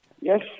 Yes